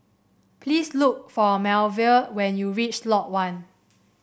please look for Melville when you reach Lot One